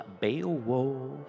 Beowulf